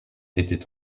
était